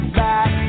back